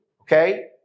okay